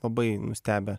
labai nustebę